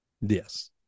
Yes